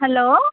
hello